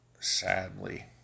Sadly